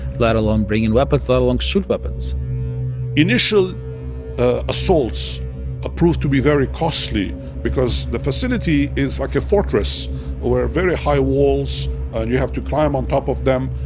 let alone bring in weapons, let alone shoot weapons initial ah assaults ah proved to be very costly because the facility is like a fortress where very high walls, and you have to climb on top of them.